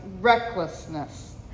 recklessness